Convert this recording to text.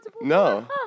No